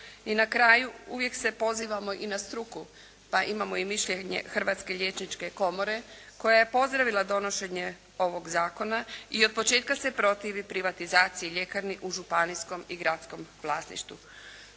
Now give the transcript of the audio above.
I na kraju uvijek se pozivamo i na struku, pa imamo i mišljenje Hrvatske liječničke komore koja je pozdravila donošenje ovog zakona i od početka se protivi privatizaciji ljekarni u županijskom i gradskom vlasništvu.